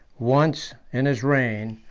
once in his reign,